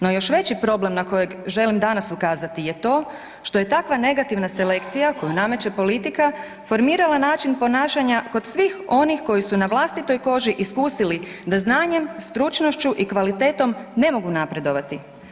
No još veći problem na kojeg želim danas ukazati je to, što je takva negativna selekcija koju nameće politika, formirala način ponašanja kod svih onih koji su na vlastitoj koži iskusili da znanjem, stručnošću i kvalitetom ne mogu napredovati.